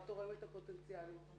התורמת הפוטנציאלית,